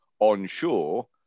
onshore